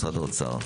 משרד האוצר,